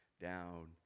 down